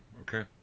Okay